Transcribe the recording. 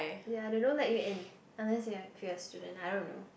ya they don't let you in unless you are you are a student I don't know